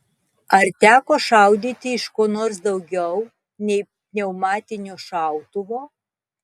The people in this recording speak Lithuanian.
ar teko šaudyti iš ko nors daugiau nei pneumatinio šautuvo